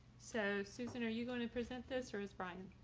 so susan, are you going to present this or is brian?